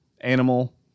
animal